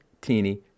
teeny